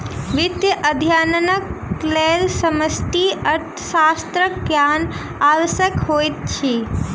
वित्तीय अध्ययनक लेल समष्टि अर्थशास्त्रक ज्ञान आवश्यक होइत अछि